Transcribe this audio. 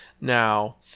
Now